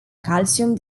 calcium